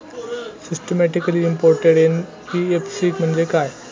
Systematically important NBFC म्हणजे काय?